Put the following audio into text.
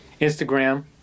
Instagram